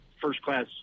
first-class